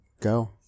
go